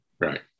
Right